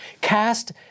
cast